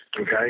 okay